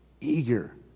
Eager